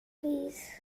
beth